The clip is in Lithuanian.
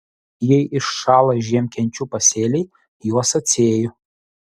jei iššąla žiemkenčių pasėliai juos atsėju